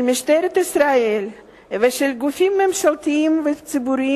של משטרת ישראל ושל גופים ממשלתיים וציבוריים